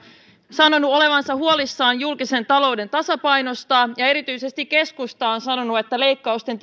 sanonut olevansa huolissaan julkisen talouden tasapainosta ja erityisesti keskusta on sanonut että leikkausten